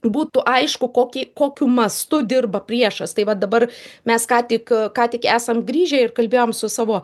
būtų aišku kokį kokiu mastu dirba priešas tai va dabar mes ką tik ką tik esam grįžę ir kalbėjom su savo